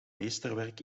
meesterwerk